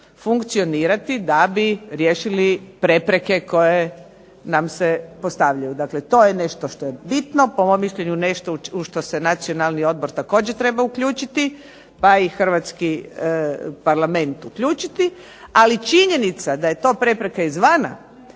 funkcionirati da bi riješili prepreke koje nam se postavljaju. Dakle, to je nešto što je bitno, po mom mišljenju nešto u što se Nacionalni odbor također treba uključiti, pa i Hrvatski parlament uključiti, ali činjenica da je to prepreka izvana